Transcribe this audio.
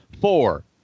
Four